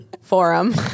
forum